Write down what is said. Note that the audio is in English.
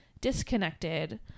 disconnected